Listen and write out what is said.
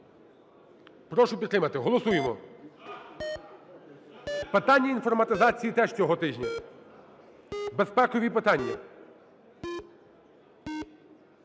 Прошу підтримати, голосуємо. Питання інформатизації теж цього тижня, безпекові питання.